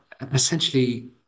essentially